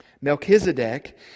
melchizedek